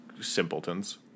simpletons